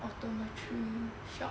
optometry shop